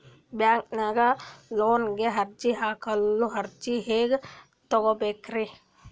ಬ್ಯಾಂಕ್ದಾಗ ಲೋನ್ ಗೆ ಅರ್ಜಿ ಹಾಕಲು ಅರ್ಜಿ ಹೆಂಗ್ ತಗೊಬೇಕ್ರಿ?